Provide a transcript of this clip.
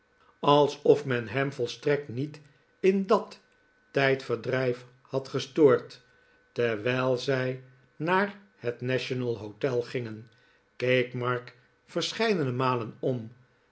alsof men hem volstrekt niet in dat tijdverdrijf had gestoord terwijl zij naar het national hotel gingen keek mark verscheidene malen om